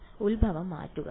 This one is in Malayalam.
വിദ്യാർത്ഥി ഉത്ഭവം മാറ്റുക